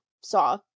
saw